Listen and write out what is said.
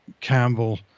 Campbell